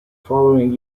following